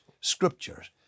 scriptures